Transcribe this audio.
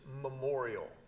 memorial